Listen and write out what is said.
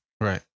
Right